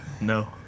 No